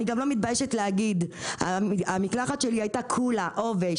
אני גם לא מתביישת להגיד: כל המקלחת שלי הייתה עם עובש.